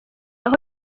aho